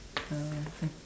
uh I'm fine